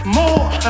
more